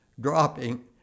dropping